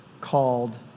called